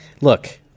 Look